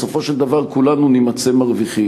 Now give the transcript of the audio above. בסופו של דבר כולנו נימצא מרוויחים.